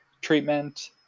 treatment